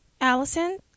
allison